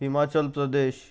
Himachal Pradesh